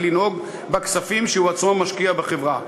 לנהוג בכספים שהוא עצמו משקיע בחברה,